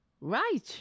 Right